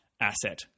asset